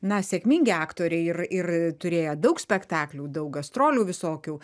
na sėkmingi aktoriai ir ir turėję daug spektaklių daug gastrolių visokių